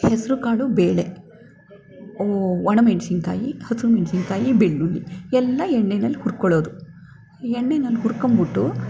ಹೆಸರುಕಾಳು ಬೇಳೆ ಒಣಮೆಣಸಿನಕಾಯಿ ಹಸಿರು ಮೆಣಸಿನಕಾಯಿ ಬೆಳ್ಳುಳ್ಳಿ ಎಲ್ಲ ಎಣ್ಣೆಯಲ್ಲಿ ಹುರ್ಕೊಳ್ಳೋದು ಎಣ್ಣೆಯಲ್ಲಿ ಹುರ್ಕೊಂಡ್ಬಿಟ್ಟು